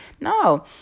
No